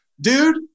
dude